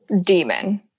demon